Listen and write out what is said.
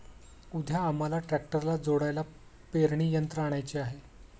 उद्या आम्हाला ट्रॅक्टरला जोडायला पेरणी यंत्र आणायचे आहे